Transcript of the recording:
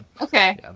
okay